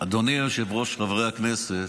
אדוני היושב-ראש, חברי הכנסת,